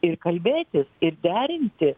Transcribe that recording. ir kalbėtis ir derinti